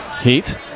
Heat